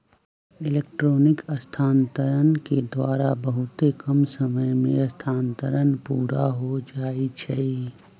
electronic स्थानान्तरण के द्वारा बहुते कम समय में स्थानान्तरण पुरा हो जाइ छइ